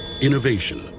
Innovation